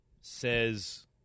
says